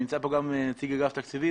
נמצא פה גם נצי אגף התקציבים.